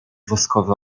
woskowy